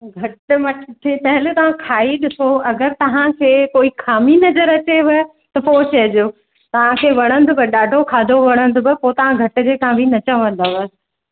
घटि मथे पहले तव्हां खाई ॾिसो अगरि तव्हांखे कोई खामी नज़र अचेव त पोइ चइजो तव्हांखे वणंदव ॾाढो खाधो वणंदव पोइ तव्हां घटि जे लाइ बि न चवंदव